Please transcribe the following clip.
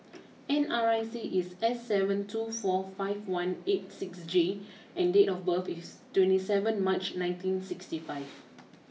N R I C is S seven two four five one eight six J and date of birth is twenty seven March nineteen sixty five